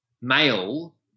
male